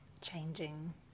changing